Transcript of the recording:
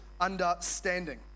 understanding